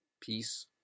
peace